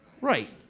right